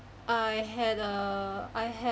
I had a I had